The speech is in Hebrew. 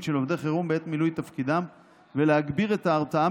של עובדי חירום בעת מילוי תפקידם ולהגביר את ההרתעה